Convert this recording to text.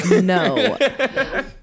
no